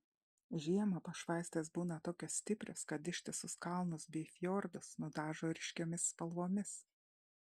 žiemą pašvaistės būna tokios stiprios kad ištisus kalnus bei fjordus nudažo ryškiomis spalvomis